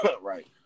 right